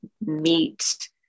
meet